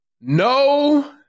No